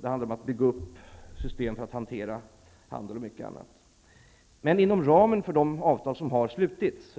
Det handlar om att bygga upp system för att hantera handel osv. Det